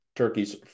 Turkey's